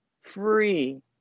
free